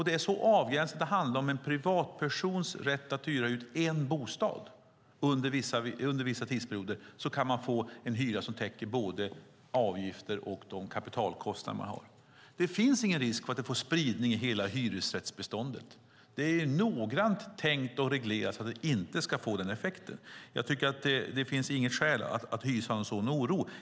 Det är avgränsat så att det handlar om en privatpersons rätt att hyra ut en bostad och att under vissa tidsperioder få en hyra som täcker både avgifter och de kapitalkostnader man har. Det finns ingen risk för att det får spridning i hela hyresrättsbeståndet. Det är noggrant tänkt att regleras att det inte ska få den effekten. Det finns inget skäl att hysa en sådan oro.